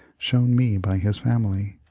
shown me by his family.